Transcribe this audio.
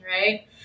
right